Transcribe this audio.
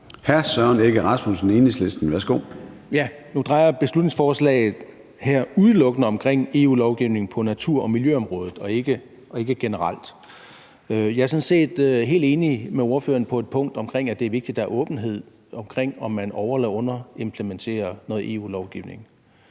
10:56 Søren Egge Rasmussen (EL): Nu drejer beslutningsforslaget her sig jo udelukkende om EU-lovgivning på natur- og miljøområdet og ikke generelt. Jeg er sådan set helt enig med ordføreren på et punkt, nemlig at det er vigtigt, at der er åbenhed omkring, om man over- eller underimplementerer noget EU-lovgivning.